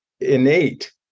innate